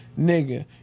Nigga